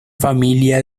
familia